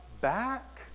back